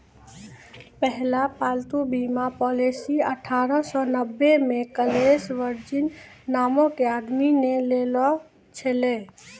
पहिला पालतू बीमा पॉलिसी अठारह सौ नब्बे मे कलेस वर्जिन नामो के आदमी ने लेने छलै